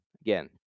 again